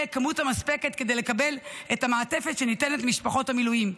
כמות מספקת כדי לקבל את המעטפת שניתנת למשפחות המילואים,